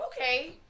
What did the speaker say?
Okay